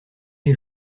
les